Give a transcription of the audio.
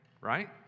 right